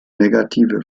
negative